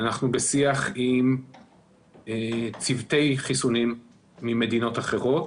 אנחנו בשיח עם צוותי חיסונים מדינות אחרות